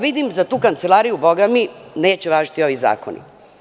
Vidim, za tu kancelariju neće važiti ovi zakoni.